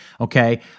okay